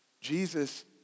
Jesus